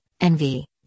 envy